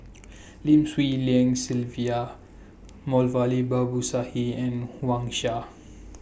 Lim Swee Lian Sylvia Moulavi Babu Sahib and Wang Sha